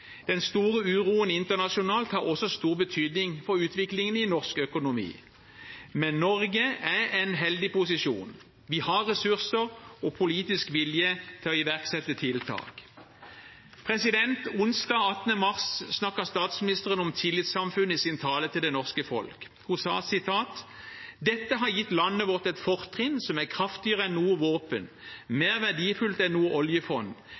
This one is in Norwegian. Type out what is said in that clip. Den store uroen internasjonalt har også stor betydning for utviklingen i norsk økonomi. Men Norge er i en heldig posisjon. Vi har ressurser og politisk vilje til å iverksette tiltak. Onsdag 18. mars snakket statsministeren om tillitssamfunnet i sin tale til det norske folk. Hun sa: «Dette har gitt landet vårt et fortrinn som er kraftigere enn noe våpen, og mer verdifullt enn noe oljefond: